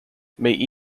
may